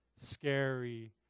scary